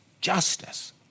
justice